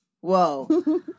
Whoa